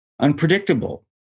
unpredictable